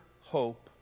hope